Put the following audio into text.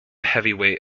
heavyweight